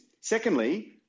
Secondly